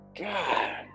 God